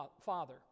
father